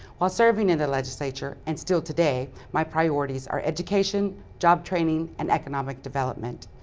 while serving in the legislature and still today, my priorities are education, job training, and economic development.